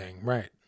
Right